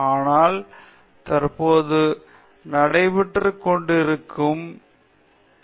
ஆனால் தற்போது நடைபெற்றுக் கொண்டிருக்கும் நிறைய வேலைகள் உள்ளன